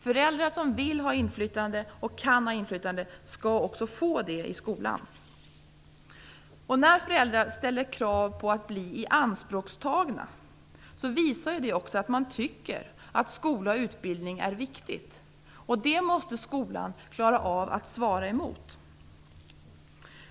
Föräldrar som vill ha inflytande i skolan och kan ha det skall också få det. Att föräldrar ställer krav på att bli ianspråktagna visar på att man tycker att skola och utbildning är viktigt. Det måste skolan klara av att svara mot.